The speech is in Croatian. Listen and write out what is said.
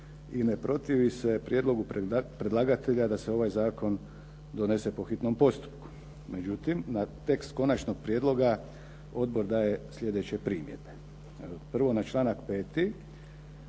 i ne protivi se prijedlogu predlagatelja da se ovaj zakon donese po hitnom postupku. Međutim, na tekst konačnog prijedloga odbor daje sljedeće primjedbe. Prvo na članak 5.,